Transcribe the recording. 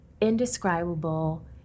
indescribable